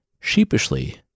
Sheepishly